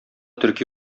төрки